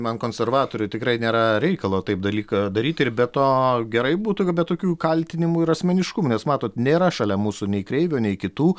man konservatorių tikrai nėra reikalo taip dalyką daryti ir be to gerai būtų be tokių kaltinimų ir asmeniškumų nes matot nėra šalia mūsų nei kreivio nei kitų